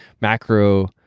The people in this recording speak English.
macro